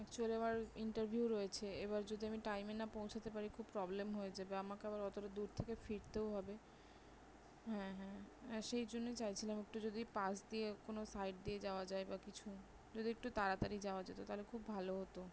actually আমার interview রয়েছে এবার যদি আমি টাইমে না পৌঁছাতে পারি খুব প্রবলেম হয়ে যাবে আমাকে আবার অতটা দূর থেকে ফিরতেও হবে হ্যাঁ হ্যাঁ সেই জন্যে চাইছিলাম একটু যদি পাশ দিয়ে কোনো সাইড দিয়ে যাওয়া যায় বা কিছু যদি একটু তাড়াতাড়ি যাওয়া যেতো তাহলে খুব ভালো হতো